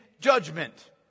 judgment